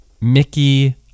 Mickey